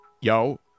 yo